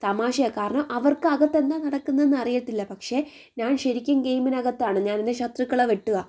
തമാശയാണ് കാരണം അവർക്ക് അകത്ത് എന്താണ് നടക്കുന്നതെന്ന് അറിയില്ല പക്ഷേ ഞാൻ ശരിക്കും ഗെയിമിനകത്താണ് ഞാൻ എൻ്റെ ശത്രുക്കളെ വെട്ടുവാണ്